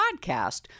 podcast